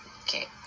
Okay